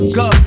go